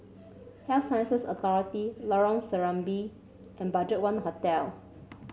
Health Sciences Authority Lorong Serambi and BudgetOne Hotel